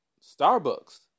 Starbucks